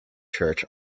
church